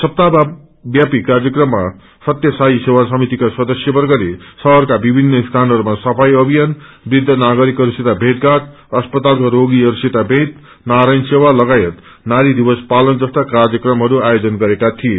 सप्ताह व्यापी कार्यक्रममा सत्य साई सेवा समितिका सदस्यवर्गले शहरका विभिन्न स्यानहरूमा सफाई अभियान वृद्ध नागरिकहरूसित भेटघाट अस्पतालका रोगीहरू सित भेट नारायण सेवा लगायत नारी दिवसा पालन जस्ता कार्यक्रमहरू आयोजन गरेका थिए